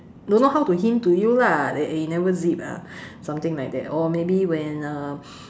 don't know how to hint to you lah like eh you never zip ah something like that or maybe when uh